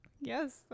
Yes